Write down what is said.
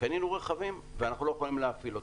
קנינו רכבים ואנחנו לא יכולים להפעיל אותם.